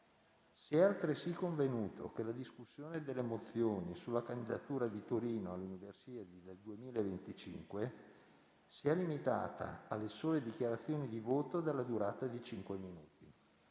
Si è altresì convenuto che la discussione delle mozioni sulla candidatura di Torino alle Universiadi del 2025 sia limitata alle sole dichiarazioni di voto, della durata di cinque minuti.